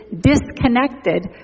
disconnected